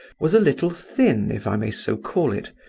was a little thin, if i may so call it,